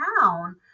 town